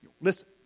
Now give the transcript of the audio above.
Listen